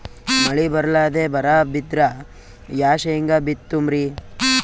ಮಳಿ ಬರ್ಲಾದೆ ಬರಾ ಬಿದ್ರ ಯಾ ಶೇಂಗಾ ಬಿತ್ತಮ್ರೀ?